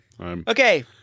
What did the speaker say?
Okay